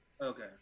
Okay